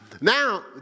Now